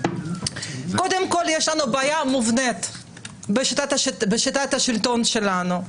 קודם כול, יש לנו בעיה מובנית בשיטת השלטון שלנו.